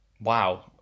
Wow